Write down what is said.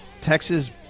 Texas